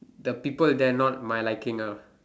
the people there are not my liking ah